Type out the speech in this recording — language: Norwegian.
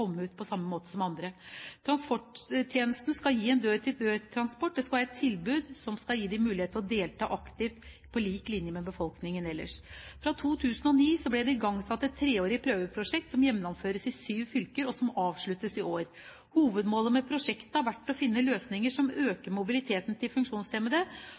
ut på samme måte som andre. Transporttjenesten skal gi en dør-til-dør-transport. Det skal være et tilbud som skal gi dem mulighet til å delta aktivt på lik linje med befolkningen ellers. Fra 2009 ble det igangsatt et treårig prøveprosjekt som gjennomføres i syv fylker, og som avsluttes i år. Hovedmålet med prosjektet har vært å finne løsninger som øker mobiliteten til funksjonshemmede,